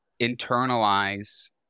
internalize